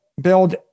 build